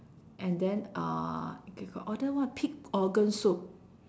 and then uh okay got order what pig organ soup